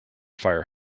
fire